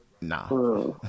nah